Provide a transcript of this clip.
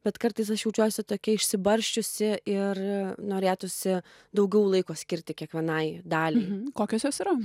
bet kartais aš jaučiuosi tokia išsibarsčiusi ir norėtųsi daugiau laiko skirti kiekvienai daliai kokios jos yra